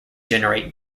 generate